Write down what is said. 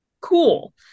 cool